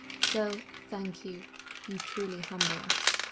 so, thank you you truly humble us!